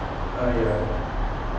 ah ya